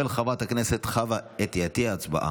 של חברת הכנסת חוה אתי עטייה,